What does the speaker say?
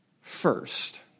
first